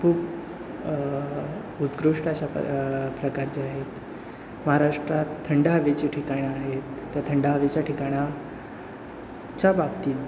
खूप उत्कृष्ट अशा प प्रकारचे आहेत महाराष्ट्रात थंड हवेची ठिकाणं आहेत त्या थंड हवेच्या ठिकाणाच्या बाबतीत